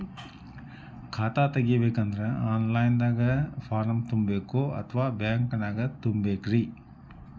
ಖಾತಾ ತೆಗಿಬೇಕಂದ್ರ online ದಾಗ ಫಾರಂ ತುಂಬೇಕೊ ಅಥವಾ ಬ್ಯಾಂಕನ್ಯಾಗ ತುಂಬ ಬೇಕ್ರಿ?